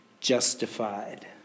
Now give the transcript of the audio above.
justified